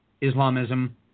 Islamism